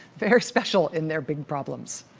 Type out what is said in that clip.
very special in their big problems.